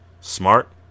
smart